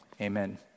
amen